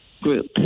group